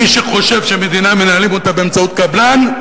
מי שחושב שהמדינה מנהלים אותה באמצעות קבלן,